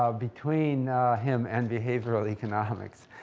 ah between him and behavioral economics.